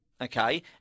okay